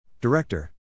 Director